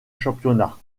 championnat